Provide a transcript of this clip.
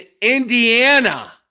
Indiana